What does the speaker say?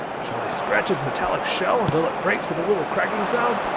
shall i scratch its metallic shell, until it breaks with a little crackling sound?